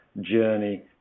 journey